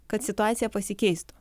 kad situacija pasikeistų